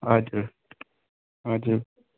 हजुर हजुर